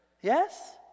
Yes